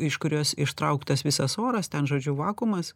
iš kurios ištrauktas visas oras ten žodžiu vakuumas